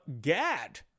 GAD